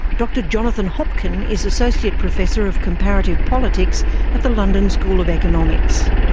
dr jonathan hopkin is associate professor of comparative politics at the london school of economics.